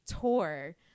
tour